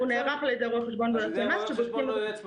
הוא נערך על ידי רואה חשבון או יועץ מס.